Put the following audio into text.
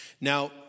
Now